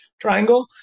triangle